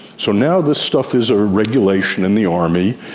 so now this stuff is a regulation in the army,